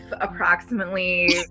approximately